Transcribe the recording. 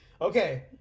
Okay